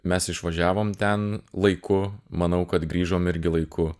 mes išvažiavom ten laiku manau kad grįžom irgi laiku